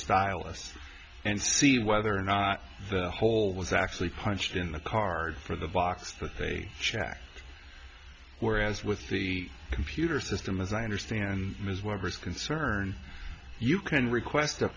stylus and see whether or not the hole was actually punched in the card for the box that they checked whereas with the computer system as i understand ms weber's concern you can request